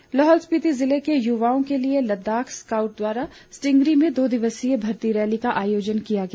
भर्ती लाहौल स्पिति जिले के युवाओं के लिए लदाख स्काउंट द्वारा स्टींगरी में दो दिवसीय भर्ती रैली का आयोजन किया गया